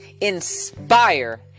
inspire